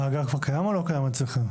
המאגר כבר קיים או לא קיים אצלכם?